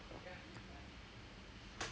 still getting used to it lah